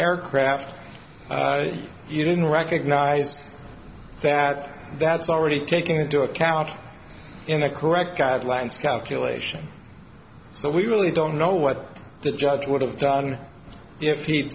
aircraft you didn't recognise that that's already taking into account in the correct guidelines calculation so we really don't know what the judge would have done if he'd